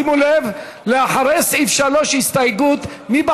שימו לב, אחרי סעיף 3, הסתייגות מס'